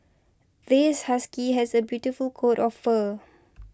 this husky has a beautiful coat of fur